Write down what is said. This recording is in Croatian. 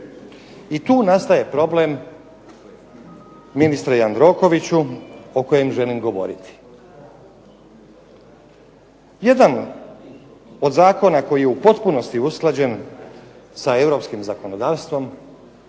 I tu nastaje problem ministre Jandrokoviću o kojem želim govoriti. Jedan od zakona koji je u potpunosti usklađen sa europskim zakonodavstvom,